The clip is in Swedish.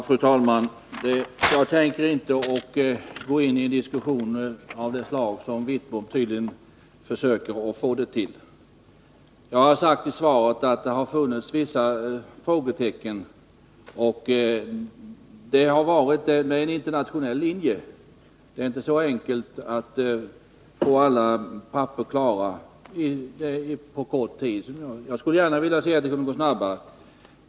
Fru talman! Jag tänker inte gå in i en diskussion av det slag som Bengt Wittbom försöker göra det här till. Jag har i svaret sagt att det har funnits vissa frågetecken med en internationell linje. Det är inte så enkelt att få alla papper klara på kort tid — jag skulle gärna se att det kunde gå snabbare.